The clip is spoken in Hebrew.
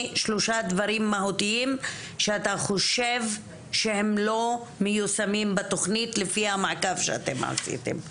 מהותיים שאתה חושב שהם לא מיושמים בתכנית לפי המעקב שאתם עשיתם.